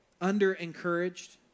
under-encouraged